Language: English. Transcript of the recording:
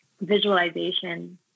visualization